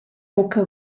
buca